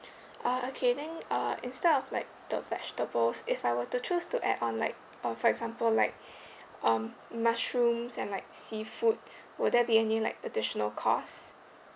ah okay then uh instead of like the vegetables if I were to choose to add on like uh for example like um mushrooms and like seafood will there be any like additional cost